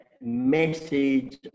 message